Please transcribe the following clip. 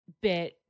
bit